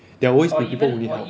there're always people who need help